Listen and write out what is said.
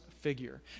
figure